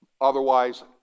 otherwise